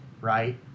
right